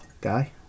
guy